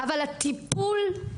אבל הטיפול,